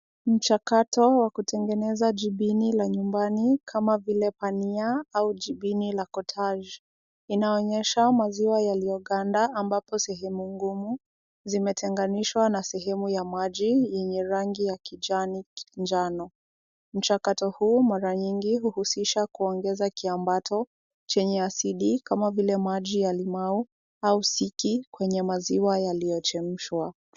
Mchakato wa kutengeneza jibini la nyumbani kama vile pania au jibini la kotaj . Inaonyesha maziwa yaliyoganda ambapo sehemu ngumu zimetenganishwa na sehemu ya maji yenye rangi ya kinjano. Mchakato huu mara nyingi huhusisha kuongeza kiambato chenye asidi kama vile maji ya limau au siki kwenye maziwa yaliyochemshwa.